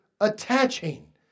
attaching